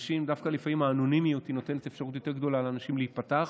לפעמים דווקא האנונימיות נותנת אפשרות יותר גדולה לאנשים להיפתח.